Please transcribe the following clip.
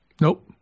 Nope